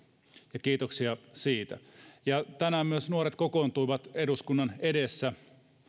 kiitoksia siitä tänään nuoret myös kokoontuivat eduskunnan edessä